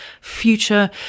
future